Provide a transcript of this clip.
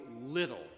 little